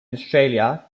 australia